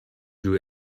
you